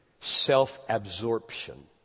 self-absorption